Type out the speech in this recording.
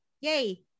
yay